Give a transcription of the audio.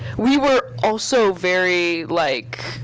we were also very like